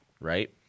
right